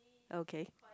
okay